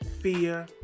fear